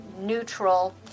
neutral